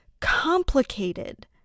complicated